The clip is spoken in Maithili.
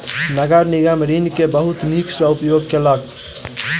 नगर निगम ऋण के बहुत नीक सॅ उपयोग केलक